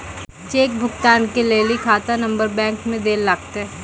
cheque भुगतान के लेली खाता नंबर बैंक मे दैल लागतै